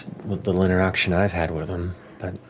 what little interaction i've had with and but